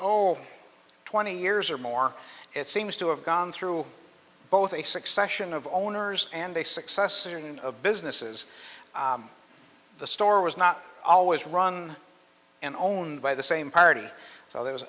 oh twenty years or more it seems to have gone through both a succession of owners and a successor and of businesses the store was not always run and owned by the same party so there was